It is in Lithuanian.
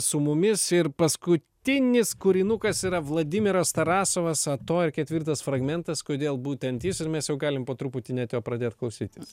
su mumis ir paskutinis kūrinukas yra vladimiras tarasovas ato ir ketvirtas fragmentas kodėl būtent jis ir mes jau galim po truputį net jo pradėt klausytis